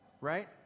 right